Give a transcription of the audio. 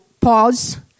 pause